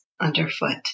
underfoot